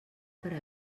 per